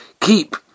keep